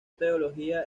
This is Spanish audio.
teología